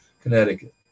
Connecticut